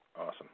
Awesome